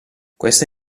questa